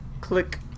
click